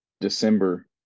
December